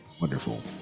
wonderful